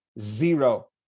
Zero